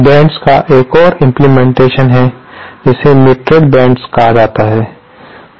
bends का एक और इम्प्लीमेंटेशन है जिसे मीट्रेड बेंड्स कहा जाता है